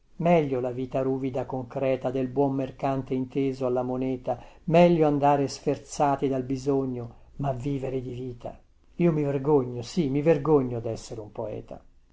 meglio la vita ruvida concreta del buon mercante inteso alla moneta meglio andare sferzati dal bisogno ma vivere di vita io mi vergogno sì mi vergogno dessere un poeta